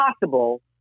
possible